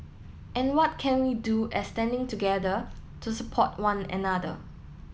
and what can we do as standing together to support one another